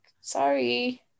sorry